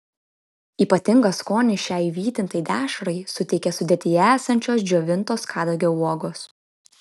ypatingą skonį šiai vytintai dešrai suteikia sudėtyje esančios džiovintos kadagio uogos